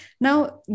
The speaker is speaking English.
Now